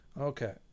Okay